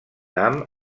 ham